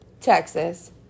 Texas